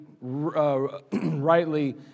rightly